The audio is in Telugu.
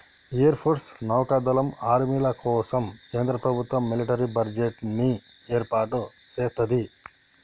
ఎయిర్ ఫోర్సు, నౌకా దళం, ఆర్మీల కోసం కేంద్ర ప్రభుత్వం మిలిటరీ బడ్జెట్ ని ఏర్పాటు సేత్తది